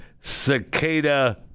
cicada